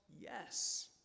yes